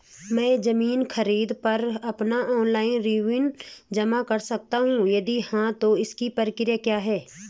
मैं ज़मीन खरीद पर अपना ऑनलाइन रेवन्यू जमा कर सकता हूँ यदि हाँ तो इसकी प्रक्रिया क्या है?